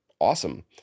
awesome